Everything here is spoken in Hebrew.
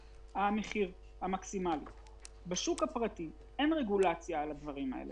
בשוק הפרטי אין רגולציה על הדברים האלה,